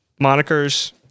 monikers